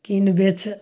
किन बेच